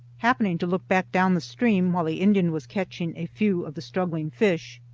happening to look back down the stream, while the indian was catching a few of the struggling fish,